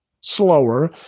slower